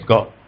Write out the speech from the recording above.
God